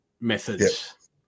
methods